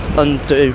undo